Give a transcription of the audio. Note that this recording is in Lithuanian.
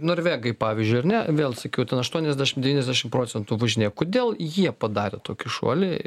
norvegai pavyzdžiui ar ne vėl sakiau ten aštuoniasdešim devyniasdešim procentų važinėja kodėl jie padarė tokį šuolį